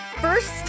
First